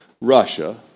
Russia